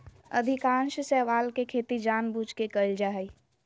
अधिकांश शैवाल के खेती जानबूझ के कइल जा हइ